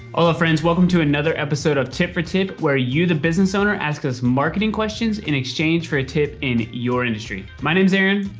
hola friends, welcome to another episode of tip for tip, where you, the business owner, ask us marketing questions in exchange for a tip in your industry. my name's aaron.